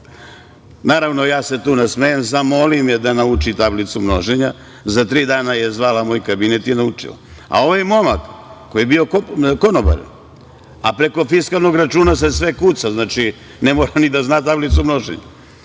Naravno, ja se tu nasmejem, zamolim je da nauči tablicu množenja. Za tri dana je zvala moj kabinet i naučila. Ovaj momak koji je bio konobar, a preko fiskalnog računa se sve kuca, znači ne mora ni da zna tablicu množenja,